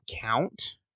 count